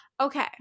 Okay